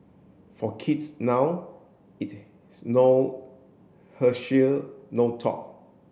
for kids now it no Herschel no talk